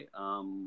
Okay